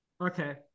Okay